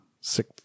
sick